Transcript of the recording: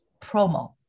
promo